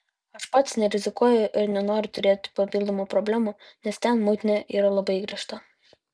aš pats nerizikuoju ir nenoriu turėti papildomų problemų nes ten muitinė yra labai griežta